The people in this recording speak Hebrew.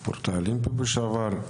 ספורטאי אולימפי לשעבר,